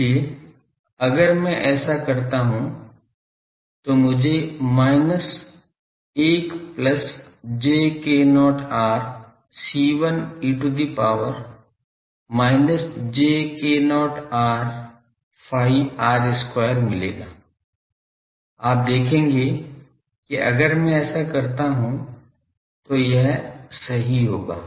इसलिए अगर मैं ऐसा करता हूं तो मुझे minus 1 plus j k0 r C1 e to the power minus j k0 r phi r square मिलेगा आप देखेंगे कि अगर मैं ऐसा करता हूं तो यह यही होगा